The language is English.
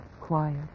quiet